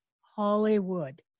Hollywood